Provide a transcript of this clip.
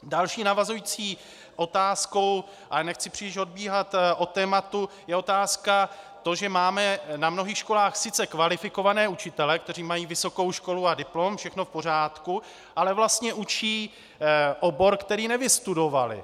Další navazující otázkou, ale nechci příliš odbíhat od tématu, je otázka toho, že máme na mnohých školách sice kvalifikované učitele, kteří mají vysokou školu a diplom, všechno v pořádku, ale vlastně učí obor, který nevystudovali.